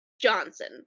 Johnson